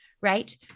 right